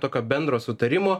tokio bendro sutarimo